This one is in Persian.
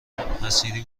حصیری